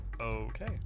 Okay